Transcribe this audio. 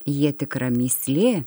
jie tikra mįslė